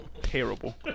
terrible